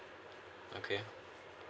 okay